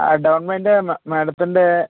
ആ down payment മേഡത്തിൻ്റെ